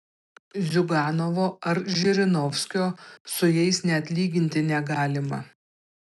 ziuganovo ar žirinovskio su jais net lyginti negalima